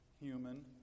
human